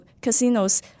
casinos